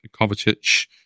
Kovacic